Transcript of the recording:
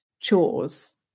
chores